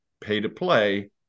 pay-to-play